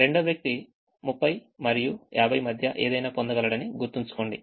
రెండవ వ్యక్తి 30 మరియు 50 మధ్య ఏదైనా పొందగలడని గుర్తుంచుకోండి